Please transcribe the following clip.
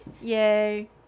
Yay